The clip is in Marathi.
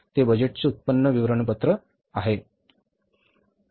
ते बजेटचे उत्पन्न विवरणपत्र आहे